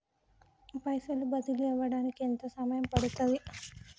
పైసలు బదిలీ అవడానికి ఎంత సమయం పడుతది?